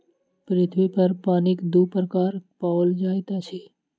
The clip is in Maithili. पृथ्वी पर पानिक दू प्रकार पाओल जाइत अछि